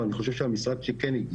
אבל אני חושב שהמשרד שלי כן,